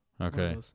Okay